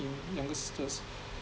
him younger sisters